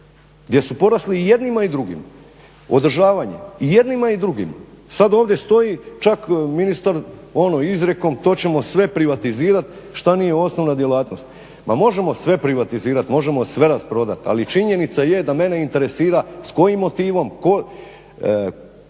gdje su porasli jednima i drugima? Održavanje i jednima i drugima. Sada ovdje stoji, čak ministar izrijekom to ćemo sve privatizirati što nije osnovna djelatnost. Ma možemo sve privatizirati, možemo sve rasprodati, ali činjenica je da mene interesira s kojim motivom? Koje